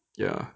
ya